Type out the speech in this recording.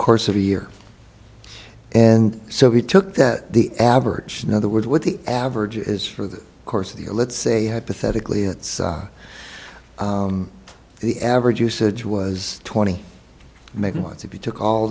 course of a year and so we took that the average in other words what the average is for the course of the let's say hypothetically it's the average usage was twenty maybe once if you took all